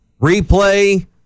replay